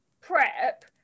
prep